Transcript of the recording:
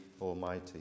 Almighty